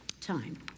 time